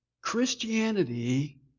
Christianity